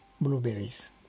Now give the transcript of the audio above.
blueberries